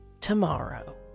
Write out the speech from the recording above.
tomorrow